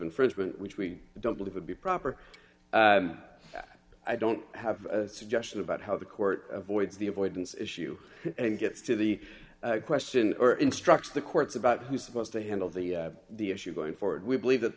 infringement which we don't live would be proper i don't have a suggestion about how the court voids the avoidance issue gets to the question or instructs the courts about who's supposed to handle the the issue going forward we believe that